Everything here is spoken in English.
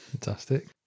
Fantastic